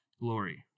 glory